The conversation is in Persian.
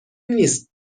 نیست